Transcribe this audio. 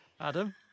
Adam